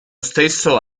stesso